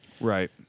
right